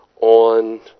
on